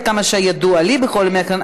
עד כמה שידוע לי בכל אופן,